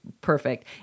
perfect